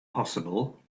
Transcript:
possible